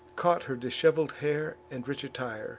caught her dishevel'd hair and rich attire